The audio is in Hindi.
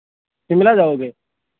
शिमला जाओगे